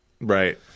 Right